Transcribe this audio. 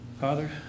Father